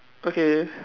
okay